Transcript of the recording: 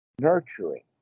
Nurturing